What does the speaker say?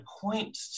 point